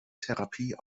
therapie